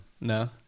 No